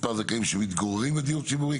מספר זכאים שמתגוררים בדיור ציבורי,